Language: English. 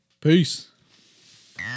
Peace